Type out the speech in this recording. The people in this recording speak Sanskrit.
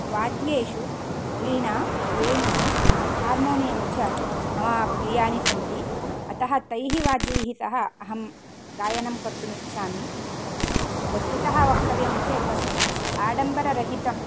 वाद्येषु वीणा वेणुः हार्मोनियम् च मम प्रियाणि सन्ति अतः तैः वाद्यैः सह अहं गायनं कर्तुं इच्छामि वस्तुतः वक्तव्यं चेत् आडम्बररहितं